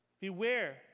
Beware